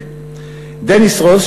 מספיק." דניס רוס,